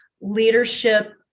leadership